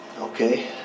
Okay